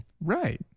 Right